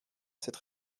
cette